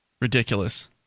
Ridiculous